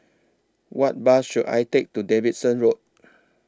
What Bus should I Take to Davidson Road